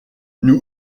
nous